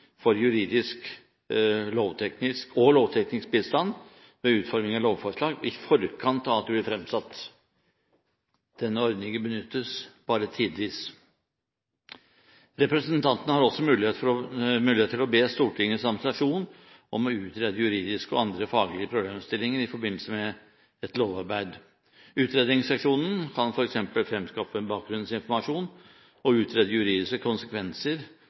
for juridisk og lovteknisk bistand med utforming av lovforslag i forkant av at de blir fremsatt. Denne ordningen benyttes bare tidvis. Representantene har også mulighet til å be Stortingets administrasjon om å utrede juridiske og andre faglige problemstillinger i forbindelse med et lovarbeid. Utredningsseksjonen kan f.eks. fremskaffe bakgrunnsinformasjon og utrede juridiske konsekvenser